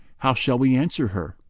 how shall we answer her?